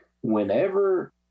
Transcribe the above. Whenever